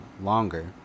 longer